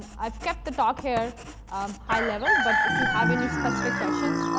i've kept the talk here high level, but if you have any specific questions,